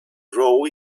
row